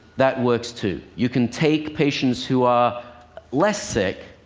that works too. you can take patients who are less sick,